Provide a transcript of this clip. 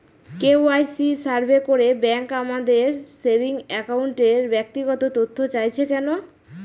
KYC survey করে bank আমাদের saving অ্যাকাউন্টের ব্যক্তিগত তথ্য চাইছে কেন?